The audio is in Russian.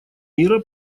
мира